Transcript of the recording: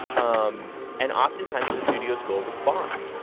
um and oftentimes, the studios will respond.